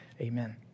Amen